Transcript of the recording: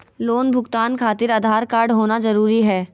Loan भुगतान खातिर Aadhaar card होना जरूरी है?